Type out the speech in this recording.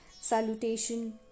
salutation